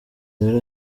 rero